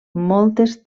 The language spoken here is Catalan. moltes